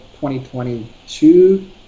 2022